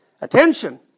attention